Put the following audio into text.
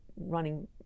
running